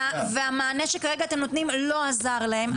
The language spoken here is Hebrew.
והמענה שכרגע אתם נותנים לא עזר להם,